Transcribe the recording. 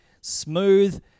smooth